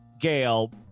Gail